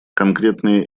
конкретные